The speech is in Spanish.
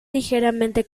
ligeramente